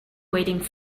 waiting